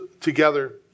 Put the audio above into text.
together